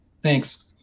Thanks